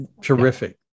terrific